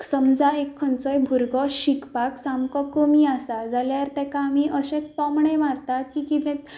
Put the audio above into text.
समजा एक खंयचोय भुरगो शिकपाक सामको कमी आसा जाल्यार ताका आमी अशें थोमणे मारतात की तें